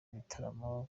igitaramo